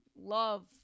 love